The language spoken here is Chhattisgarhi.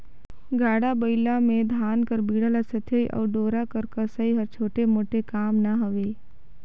गाड़ा बइला मे धान कर बीड़ा ल सथियई अउ डोरा कर कसई हर छोटे मोटे काम ना हवे